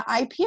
IP